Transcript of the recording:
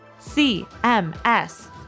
CMS